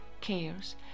cares